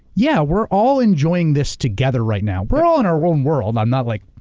yeah, we're all enjoying this together right now. we're all in our own world, i'm not like,